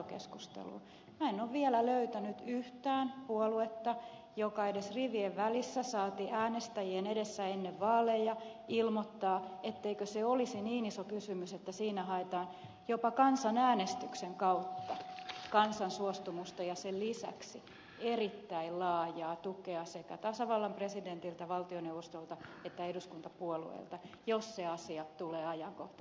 minä en ole vielä löytänyt yhtään puoluetta joka edes rivien välissä saati äänestäjien edessä ennen vaaleja ilmoittaa etteikö se olisi niin iso kysymys että siinä haetaan jopa kansanäänestyksen kautta kansan suostumusta ja sen lisäksi erittäin laajaa tukea sekä tasavallan presidentiltä valtioneuvostolta että eduskuntapuolueilta jos se asia tulee ajankohtaiseksi